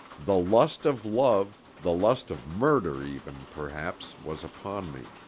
the lust of love, the lust of murder even, perhaps, was upon me.